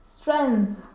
Strength